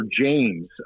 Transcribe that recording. James